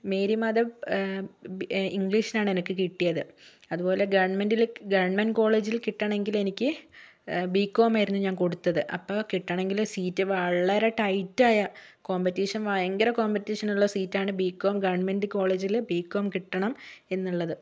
മേരിമാതാ ഇംഗ്ലീഷിൽ ആണ് എനിക്ക് കിട്ടിയത് അതുപോലെ ഗവൺമെൻറ്റിലെ ഗവൺമെൻറ്റ് കോളേജിൽ കിട്ടണമെങ്കിൽ എനിക്ക് ബികോം ആയിരുന്നു ഞാൻ കൊടുത്തത് അപ്പൊൾ കിട്ടണമെങ്കിൽ സീറ്റ് വളരെ ടൈറ്റ് ആയ കോമ്പറ്റീഷൻ ഭയങ്കര കോമ്പറ്റീഷൻ ഉള്ള സീറ്റാണ് ബികോം ഗവൺമെൻറ്റ് കോളേജിലെ ബികോമിന് കിട്ടണം എന്നുള്ളത്